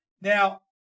Now